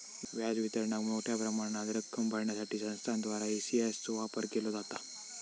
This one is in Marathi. व्याज वितरणाक मोठ्या प्रमाणात रक्कम भरण्यासाठी संस्थांद्वारा ई.सी.एस चो वापर केलो जाता